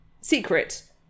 secret